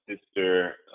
sister